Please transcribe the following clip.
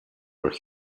where